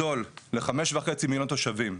ב-2040 ל-5.5 מיליון תושבים.